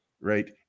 right